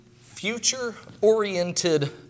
future-oriented